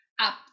up